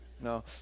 No